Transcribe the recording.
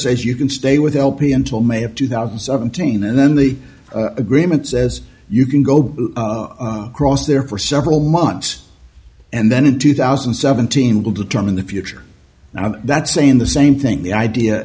says you can stay with lp until may of two thousand and seventeen and then the agreement says you can go across there for several months and then in two thousand and seventeen will determine the future that's saying the same thing the idea